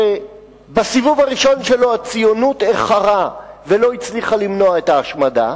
שבסיבוב הראשון שלו הציונות איחרה ולא הצליחה למנוע את ההשמדה,